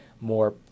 more